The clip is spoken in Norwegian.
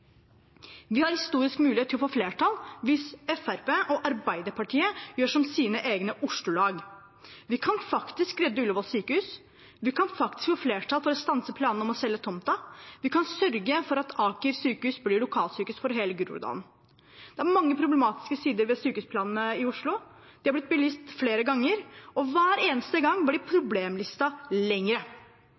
Vi har en historisk mulighet til å få flertall hvis Fremskrittspartiet og Arbeiderpartiet gjør som sine egne Oslo-lag. Vi kan faktisk redde Ullevål sykehus. Vi kan faktisk få flertall for å stanse planene om å selge tomten. Vi kan sørge for at Aker sykehus blir lokalsykehus for hele Groruddalen. Det er mange problematiske sider ved sykehusplanene i Oslo. De er blitt belyst flere ganger, og hver eneste gang blir problemlisten lengre.